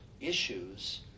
issues